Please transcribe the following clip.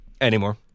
Anymore